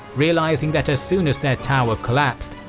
realising that as soon as their tower collapsed,